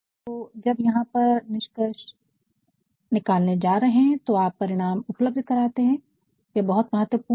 तो जब यहां पर आप निष्कर्ष निकालने जा रहे हैं तो आप परिणाम उपलब्ध कराते हैं यह बहुत महत्वपूर्ण है